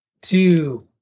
Two